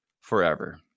forever